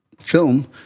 film